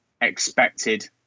expected